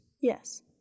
Yes